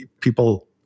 people